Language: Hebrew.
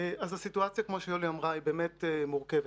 אז הסיטואציה, כמו שיולי אמרה, היא באמת מורכבת.